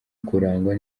kurangwa